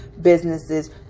businesses